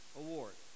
award